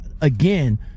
again